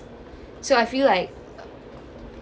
so I feel like